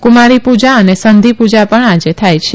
કુમારી પુજા અને સંધી પુજા પણ આજે થાય છે